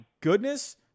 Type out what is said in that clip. goodness